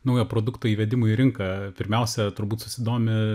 naujo produkto įvedimo į rinką pirmiausia turbūt susidomi